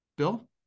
Bill